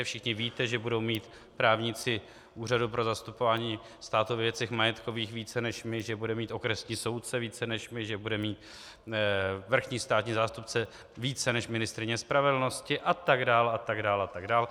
Všichni víte, že budou mít právníci Úřadu pro zastupování státu ve věcech majetkových více než my, že bude mít okresní soudce více než my, že bude mít vrchní státní zástupce více než ministryně spravedlnosti, a tak dále a tak dále a tak dále.